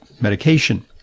medication